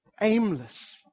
aimless